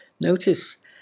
Notice